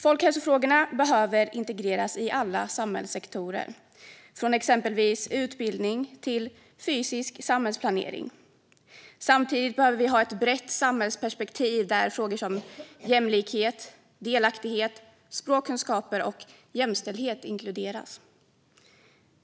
Folkhälsofrågorna behöver integreras i alla samhällssektorer, från exempelvis utbildning till fysisk samhällsplanering. Samtidigt behöver vi ha ett brett samhällsperspektiv där frågor som jämlikhet, delaktighet, språkkunskaper och jämställdhet inkluderas.